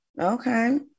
Okay